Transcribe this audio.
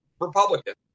Republicans